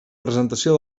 presentació